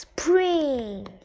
Spring